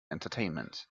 entertainment